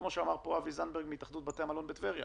כמו שאמר אבי זנדברג מהתאחדות בתי המלון בטבריה